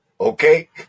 okay